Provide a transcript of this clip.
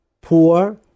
poor